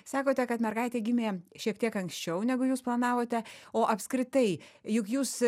sakote kad mergaitė gimė šiek tiek anksčiau negu jūs planavote o apskritai juk jūs